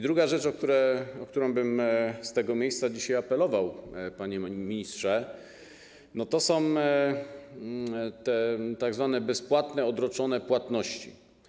Druga rzecz, o której podjęcie bym z tego miejsca dzisiaj apelował, panie ministrze, to są tzw. bezpłatne odroczone płatności.